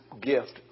gift